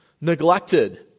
neglected